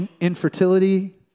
infertility